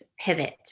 pivot